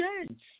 change